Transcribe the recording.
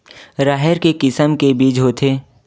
राहेर के किसम के बीज होथे?